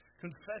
Confess